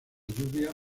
lluvia